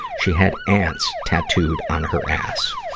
she has ants tattooed on her ass.